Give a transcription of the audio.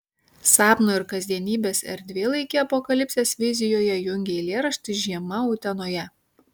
sapno ir kasdienybės erdvėlaikį apokalipsės vizijoje jungia eilėraštis žiema utenoje